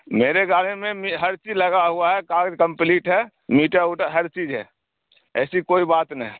میرے گاڑی میں ہر چیز لگا ہوا ہے کاغذ کمپلیٹ ہے میٹر ووٹر ہر چیز ہے ایسی کوئی بات نے ہے